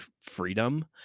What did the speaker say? freedom